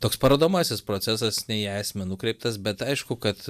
toks parodomasis procesas ne į esmę nukreiptas bet aišku kad